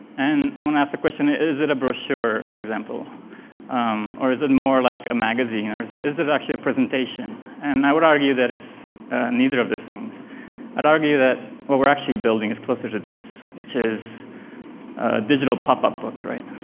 and i'm going to ask a question, is it a brochure, for example or is it more like a magazine or is it is it actually a presentation? and i would argue that it's neither of those things i'd argue that what we're actually building is closer to this, which is a digital popup book, right?